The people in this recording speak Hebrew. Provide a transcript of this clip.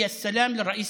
(מתרגם דבריו לערבית